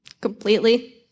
Completely